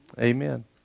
Amen